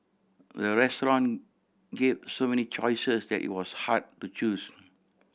the restaurant give so many choices that it was hard to choose